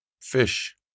fish